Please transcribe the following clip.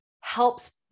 helps